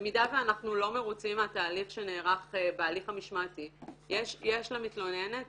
במידה ואנחנו לא מרוצים מהתהליך שנערך בהליך המשמעתי יש למתלוננת